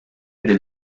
del